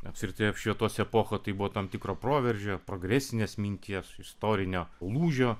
apskritai apšvietos epocha tai buvo tam tikro proveržio progresinės minties istorinio lūžio